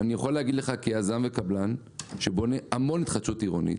ואני יכול להגיד לך כיזם וקבלן שבונה המון התחדשות עירונית,